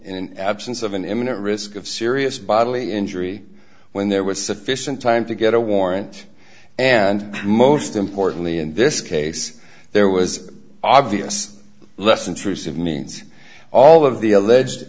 and absence of an imminent risk of serious bodily injury when there was sufficient time to get a warrant and most importantly in this case there was obvious less intrusive means all of the alleged